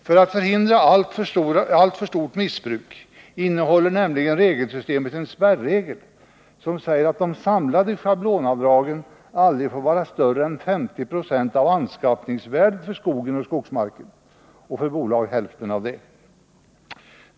För att hindra alltför stort missbruk innehåller nämligen regelsystemet en spärregel, som säger att de samlade schablonavdragen aldrig får vara större än 50 96 av anskaffningsvärdet för skogen och skogsmarken, för bolag 25 96.